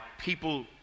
people